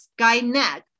Skynet